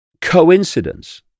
coincidence